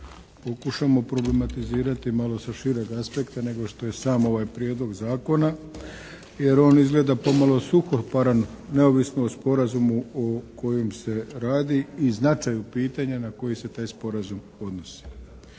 pokušamo problematizirati malo sa šireg aspekta nego što je sam ovaj Prijedlog zakona jer on izgleda pomalo suhoparan neovisno o sporazumu o kojem se radi i značaju pitanja na koji se taj sporazum odnosi.